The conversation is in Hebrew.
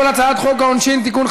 הצעת חוק העונשין (תיקון,